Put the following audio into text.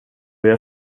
jag